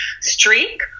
streak